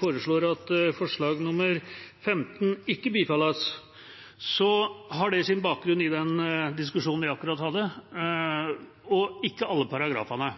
foreslår at forslag nr. 15 ikke bifalles, har det sin bakgrunn i den diskusjonen vi akkurat hadde – og ikke alle paragrafene.